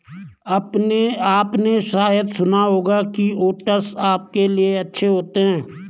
आपने शायद सुना होगा कि ओट्स आपके लिए अच्छे होते हैं